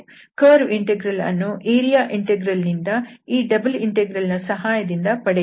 curve integral ಅನ್ನು area integral ನಿಂದ ಈ ಡಬಲ್ ಇಂಟೆಗ್ರಲ್ನ ಸಹಾಯದಿಂದ ಪಡೆಯಬಹುದು